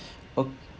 uh